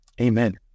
amen